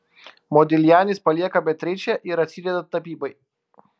modiljanis palieka beatričę ir atsideda tapybai